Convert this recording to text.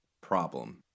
problem